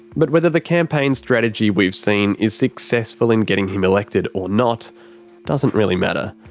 but whether the campaign strategy we've seen is successful in getting him elected or not doesn't really matter.